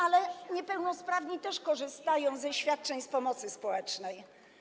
Ale niepełnosprawni też korzystają ze świadczeń, z pomocy społecznej.